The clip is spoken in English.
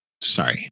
Sorry